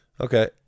Okay